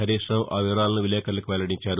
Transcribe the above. హారీష్రావు ఆ వివరాలను విలేకర్లకు వెల్లడించారు